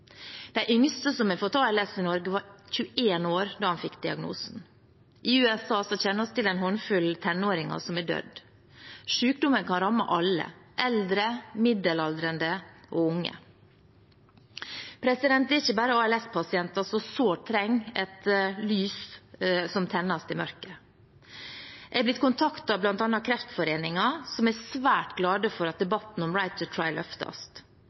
yngste som har fått ALS i Norge, var 21 år da han fikk diagnosen. I USA kjenner vi til en håndfull tenåringer som har dødd. Sykdommen kan ramme alle – eldre, middelaldrende og unge. Det er ikke bare ALS-pasienter som sårt trenger et lys som tennes i mørket. Jeg er blitt kontaktet bl.a. av Kreftforeningen, som er svært glade for at debatten om